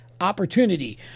opportunity